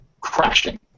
crashing